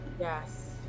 Yes